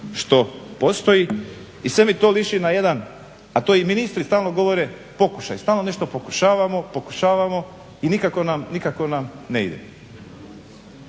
što postoji. I sve mi to liči na jedan, a to i ministri stalno govore, pokušaj, stalno nešto pokušavamo, pokušavamo i nikako nam ne ide.